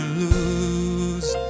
lose